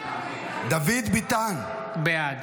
בעד